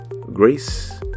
Grace